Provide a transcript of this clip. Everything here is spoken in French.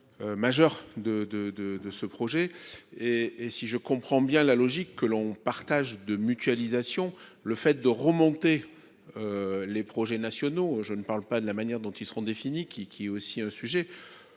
de de ce projet et et si je comprend bien la logique que l'on partage de mutualisation, le fait de remonter. Les projets nationaux, je ne parle pas de la manière dont ils seront définis qui qui est aussi un sujet.